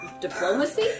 Diplomacy